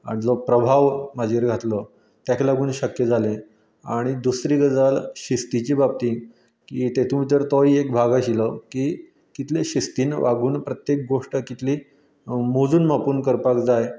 आदलो प्रभाव म्हाजेर घातलो तेका लागून शक्य जालें आनी दुसरी गजाल शिस्तिच्या बाबतींत की तेतूंत भितर तो एक भाग आशिल्लो की कितले शिस्तीन वागून प्रत्येक गोश्ट कितली मोजून मापून करपाक जाय